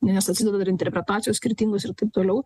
nes atsideda ir interpretacijos skirtingos ir taip toliau